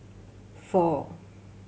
four